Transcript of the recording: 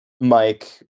Mike